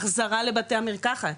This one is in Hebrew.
החזרה לבית המרקחת,